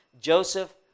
Joseph